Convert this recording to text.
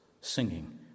singing